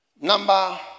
number